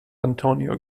antonio